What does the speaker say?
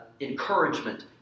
encouragement